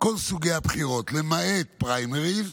כל סוגי הבחירות למעט פריימריז,